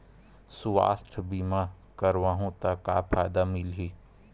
सुवास्थ बीमा करवाहू त का फ़ायदा मिलही?